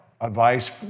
advice